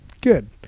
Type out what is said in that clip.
good